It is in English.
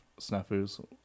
snafus